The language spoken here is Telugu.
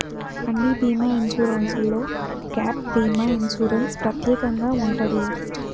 అన్ని బీమా ఇన్సూరెన్స్లో గ్యాప్ భీమా ఇన్సూరెన్స్ ప్రత్యేకంగా ఉంటది